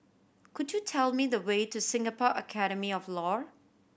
could you tell me the way to Singapore Academy of Law